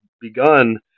begun